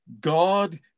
God